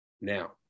now